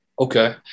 Okay